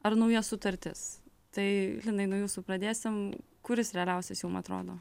ar nauja sutartis tai linai nuo jūsų pradėsim kuris realiausias jum atrodo